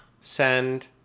send